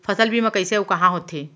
फसल बीमा कइसे अऊ कहाँ होथे?